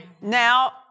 Now